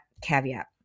caveat